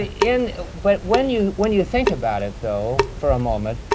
and but when you when you think about it, though, for a moment,